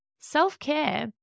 Self-care